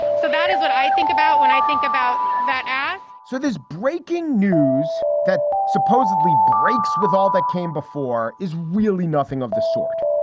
so that is what i think about when i think about that so there's breaking news that supposedly breaks with all that came before is really nothing of the sort.